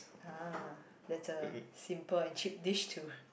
!huh! that's a simple and cheap dish too